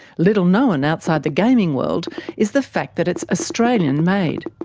little known outside the gaming world is the fact that it's australian-made.